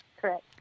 Correct